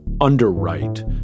underwrite